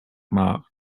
mark